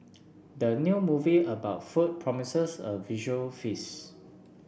the new movie about food promises a visual feast